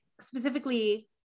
specifically